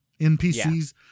NPCs